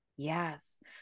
Yes